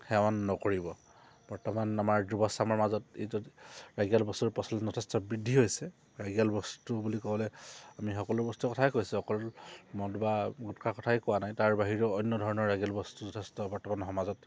সেৱান নকৰিব বৰ্তমান আমাৰ যুৱ চামৰ মাজত এইটো ৰাগীয়াল বস্তুৰ প্ৰচলন যথেষ্ট বৃদ্ধি হৈছে ৰাগীয়াল বস্তু বুলি ক'বলৈ আমি সকলো বস্তুৰ কথাই কৈছোঁ অকল মদ বা গোটকা কথাই কোৱা নাই তাৰ বাহিৰেও অন্য ধৰণৰ ৰাগীয়াল বস্তু যথেষ্ট বৰ্তমান সমাজত